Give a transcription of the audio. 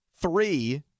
three